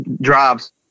drives